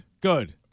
good